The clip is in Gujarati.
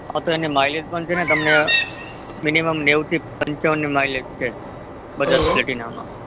આવશે અને માઈલેજ પણ છે અને તમને મીનિમમ નેવુંથી પંચાણુંની માઇલેજ છે બજાજ પ્લેટીનામાં